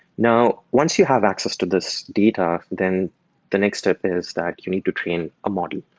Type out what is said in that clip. now once you have access to this data, then the next step is that you need to train a model.